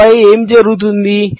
ఆపై ఏమి జరుగుతుంది